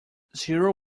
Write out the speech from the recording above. zero